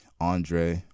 Andre